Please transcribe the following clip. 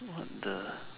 what the